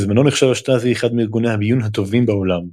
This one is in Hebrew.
בזמנו נחשב השטאזי אחד מארגוני הביון הטובים בעולם.